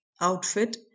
outfit